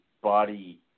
body